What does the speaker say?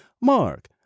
mark